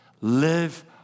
Live